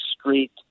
street